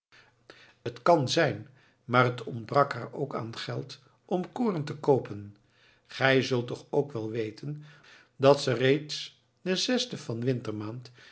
het kan zijn maar het ontbrak haar ook aan geld om koren te koopen gij zult toch ook wel weten dat ze reeds den zesden van